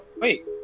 Wait